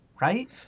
right